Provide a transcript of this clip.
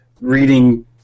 Reading